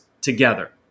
together